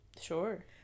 Sure